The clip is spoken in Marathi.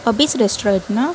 अबीस रेस्टरॉयत ना